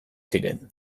ziren